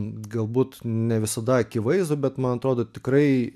galbūt ne visada akivaizdų bet man atrodo tikrai